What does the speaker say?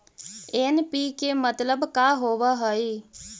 NPK मतलब का होव हइ?